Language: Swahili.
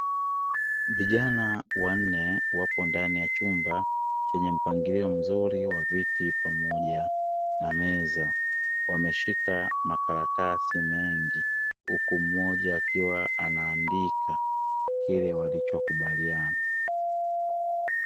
Vijana wanne wapo ndani ya chumba chenye mpangilio mzuri wa viti pamoja na meza. Wameshika makaratasi mengi huku mmoja akiwa anaandika kile walichokubaliana.